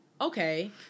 Okay